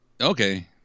Okay